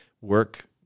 work